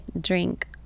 drink